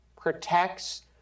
protects